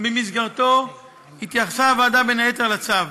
שבמסגרתו התייחסה הוועדה, בין היתר, לצו.